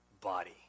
body